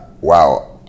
wow